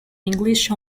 english